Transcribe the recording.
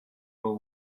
will